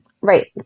Right